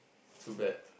too bad